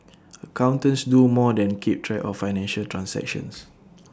accountants do more than keep track of financial transactions